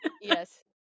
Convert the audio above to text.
Yes